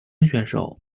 选手